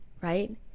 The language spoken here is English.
right